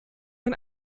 ein